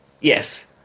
yes